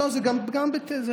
בפריפריה זה שנה פלוס.